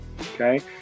okay